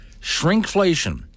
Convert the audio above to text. Shrinkflation